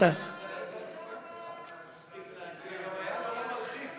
(דרכים לביטול